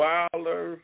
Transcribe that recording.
Wilder